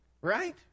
Right